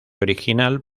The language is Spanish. original